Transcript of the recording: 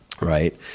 Right